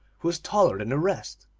who was taller than the rest.